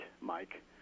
Mike